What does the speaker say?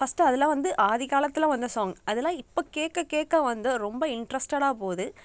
first அதலாம் வந்து ஆதி காலத்தில் வந்த சாங் அதெல்லாம் இப்போ கேட்க கேட்க வந்து ரொம்ப இன்ட்ரெஸ்ட்டாக போகுது